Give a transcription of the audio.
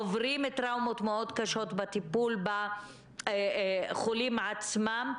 עוברים טראומות מאוד קשות בטיפול בחולים עצמם,